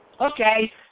Okay